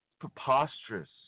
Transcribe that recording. preposterous